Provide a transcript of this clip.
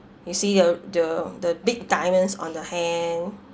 you see your the the big diamonds on the hand